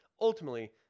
ultimately